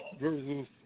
versus